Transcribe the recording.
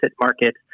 market